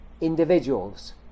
individuals